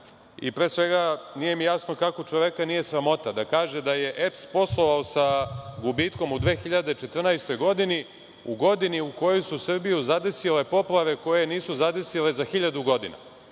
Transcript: kaže i nije mi jasno kako čoveka nije sramota da kaže da je EPS poslovao sa gubitkom u 2014. godini, u godini u kojoj su Srbiju zadesile poplave koje je nisu zadesile za 1000 godina.